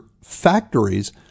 factories